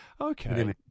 Okay